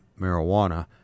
marijuana